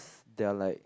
there are like